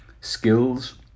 skills